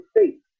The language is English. States